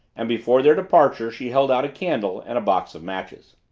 and before their departure she held out a candle and a box of matches.